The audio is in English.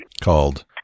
called